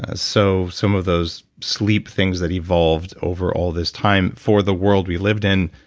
ah so some of those sleep things that evolved over all this time for the world we lived in,